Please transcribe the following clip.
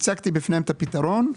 הצגתי בפניהם את הפתרון,